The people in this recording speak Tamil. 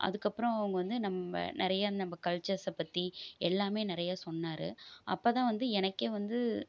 அதுக்கப்புறம் அவங்க வந்து நம்ப நிறைய நம்ப கல்ச்சர்ஸை பற்றி எல்லாமே நிறைய சொன்னார் அப்போதான் வந்து எனக்கே வந்து